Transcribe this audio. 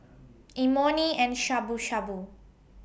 Imoni and Shabu Shabu